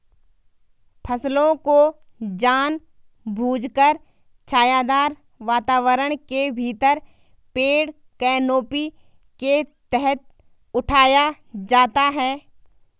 फसलों को जानबूझकर छायादार वातावरण के भीतर पेड़ कैनोपी के तहत उठाया जाता है